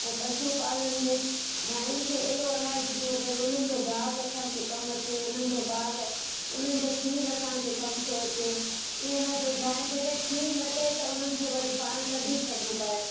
ऐं पशुपालन में गांयुनि खे अहिड़ो अनाज ॾियूं भई उन्हनि जो ॻाह बि असांखे कम अचे उन्हनि जो ॿार उन्हनि जो खीर असांखे कम थो अचे ईंअ न भई गांइ जॾहिं खीर न ॾिए न उन्हनि खे वरी पाण कढी छॾियूं ॿाहिरि